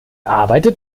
arbeitet